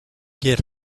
get